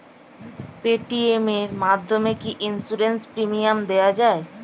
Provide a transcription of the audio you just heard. Paytm এর মাধ্যমে কি ইন্সুরেন্স প্রিমিয়াম দেওয়া যায়?